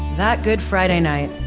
that good friday night,